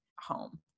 home